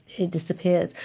it disappears.